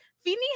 Feeny